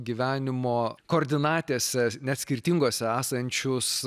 gyvenimo koordinatėse net skirtingose esančius